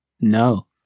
no